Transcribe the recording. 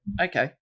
Okay